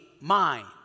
mind